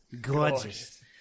Gorgeous